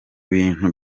bintu